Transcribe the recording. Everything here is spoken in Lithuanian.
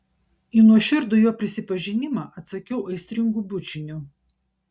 į nuoširdų jo prisipažinimą atsakiau aistringu bučiniu